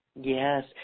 Yes